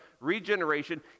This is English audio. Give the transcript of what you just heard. regeneration